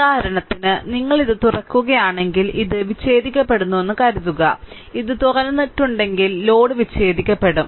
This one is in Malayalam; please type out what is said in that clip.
ഉദാഹരണത്തിന് നിങ്ങൾ ഇത് തുറക്കുകയാണെങ്കിൽ ഇത് വിച്ഛേദിക്കപ്പെട്ടുവെന്ന് കരുതുക ഇത് തുറന്നിട്ടുണ്ടെങ്കിൽ ലോഡ് വിച്ഛേദിക്കപ്പെടും